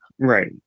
Right